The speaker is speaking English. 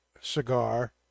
cigar